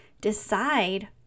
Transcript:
decide